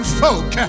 folk